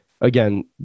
again